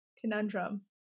conundrum